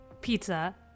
pizza